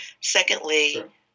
Secondly